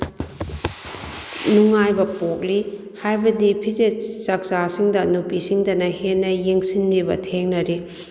ꯅꯨꯡꯉꯥꯏꯕ ꯄꯣꯛꯂꯤ ꯍꯥꯏꯕꯗꯤ ꯐꯤꯖꯦꯠ ꯆꯥꯛꯆꯥꯁꯤꯡꯗ ꯅꯨꯄꯤꯁꯤꯡꯗꯅ ꯍꯦꯟꯅ ꯌꯦꯡꯁꯤꯟꯕꯤꯕ ꯊꯦꯡꯅꯔꯤ